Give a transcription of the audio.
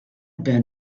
been